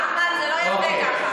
אחמד, זה לא יפה ככה.